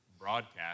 broadcast